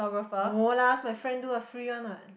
no lah ask my friend do a free one what